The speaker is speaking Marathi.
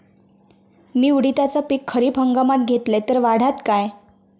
मी उडीदाचा पीक खरीप हंगामात घेतलय तर वाढात काय?